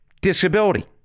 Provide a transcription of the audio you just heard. disability